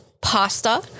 pasta